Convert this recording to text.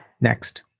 next